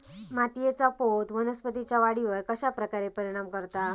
मातीएचा पोत वनस्पतींएच्या वाढीवर कश्या प्रकारे परिणाम करता?